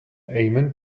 amen